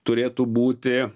turėtų būti